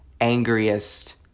angriest